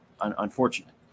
unfortunate